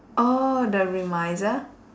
orh the remisier